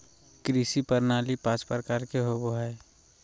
कृषि प्रणाली पाँच प्रकार के होबो हइ